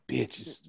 Bitches